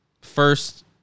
first